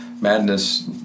madness